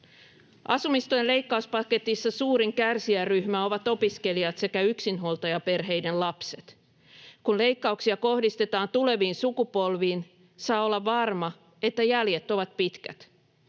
Asumistuen leikkauspaketissa suurin kärsijäryhmä ovat opiskelijat sekä yksinhuoltajaperheiden lapset. Kun leikkauksia kohdistetaan tuleviin sukupolviin, saa olla varma, että jäljet ovat pitkät.